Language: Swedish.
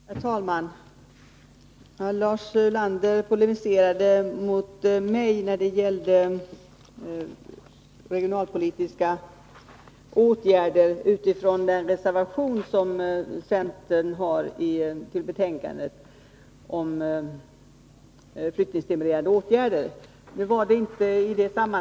Herr talman! Lars Ulander polemiserade mot mig med anledning av den reservation om flyttningsstimulerande åtgärder som centern fogat till betänkandet.